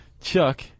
Chuck